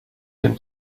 him